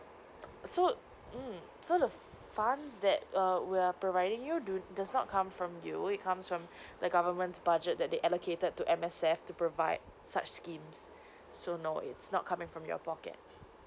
so mm so the fund that err we are providing you do does not come from you it comes from the government's budget that they allocated to M_S_F to provide such schemes so no it's not coming from your pocket